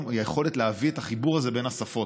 הוא היכולת להביא את החיבור הזה בין השפות,